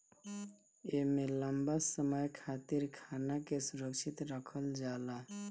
एमे लंबा समय खातिर खाना के सुरक्षित रखल जाला